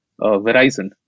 Verizon